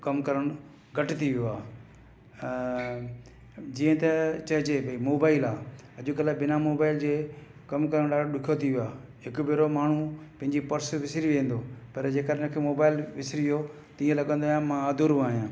कमु करणु घटि थी वियो आहे जीअं त चईजे ॿई मोबाइल आहे अॼुकल्ह बिना मोबाइल जे कमु करणु ॾाढो ॾुखियो थी वियो आहे हिकु भेरो माण्हू पंहिंजी पर्स विसरी वेंदो पर जेकर मोबाइल विसरी वियो तीअं लॻंदो आहे मां अधुरो आहियां